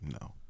No